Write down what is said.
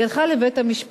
היא הלכה לבית-המשפט,